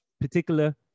particular